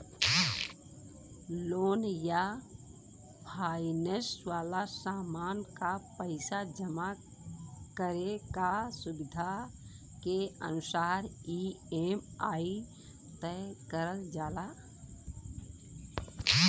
loan या finance वाला सामान क पइसा जमा करे क सुविधा के अनुसार ई.एम.आई तय करल जाला